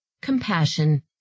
compassion